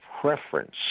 preference